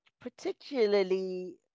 particularly